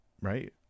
right